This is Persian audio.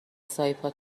سایپا